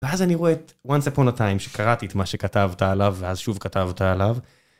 ואז אני רואה את once upon a time שקראתי את מה שכתבת עליו ואז שוב כתבת עליו.